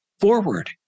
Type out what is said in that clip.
forward